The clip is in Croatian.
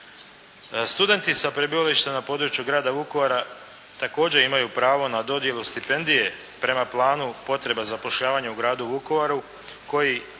Studenti sa prebivalištem na području grada Vukovara također imaju pravo na dodjelu stipendije prema planu potreba zapošljavanja u gradu Vukovaru koji